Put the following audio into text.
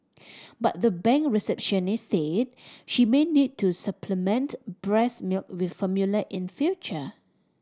but the bank receptionist said she may need to supplement breast milk with formula in future